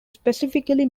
specifically